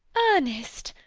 ernest!